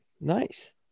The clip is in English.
nice